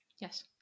yes